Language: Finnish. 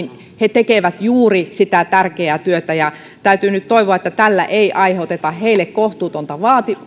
tekevät juuri sitä tärkeää työtä täytyy nyt toivoa että tällä ei aiheuteta heille kohtuutonta